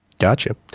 Gotcha